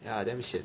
ya damn sian